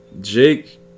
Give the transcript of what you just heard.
Jake